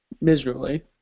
miserably